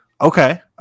Okay